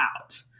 out